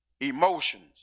Emotions